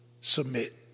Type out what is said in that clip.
Submit